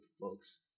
folks